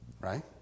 Right